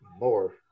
More